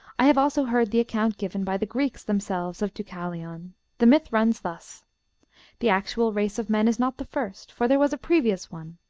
i have also heard the account given by the greeks themselves of deucalion the myth runs thus the actual race of men is not the first, for there was a previous one,